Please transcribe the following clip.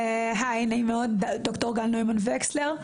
היי נעים מאוד, ד"ר גל נוימן וקסלר.